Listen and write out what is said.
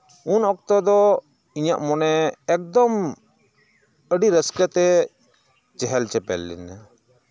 ᱩᱱᱚᱠᱛᱚ ᱫᱚ ᱤᱧᱟᱹᱜ ᱢᱚᱱᱮ ᱮᱠᱫᱚᱢ ᱟᱹᱰᱤ ᱨᱟᱹᱥᱠᱟᱹᱛᱮ ᱪᱮᱦᱮᱞ ᱪᱮᱯᱮᱞ ᱞᱮᱱᱟ